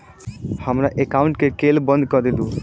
हमरा एकाउंट केँ केल बंद कऽ देलु?